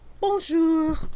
Bonjour